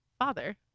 father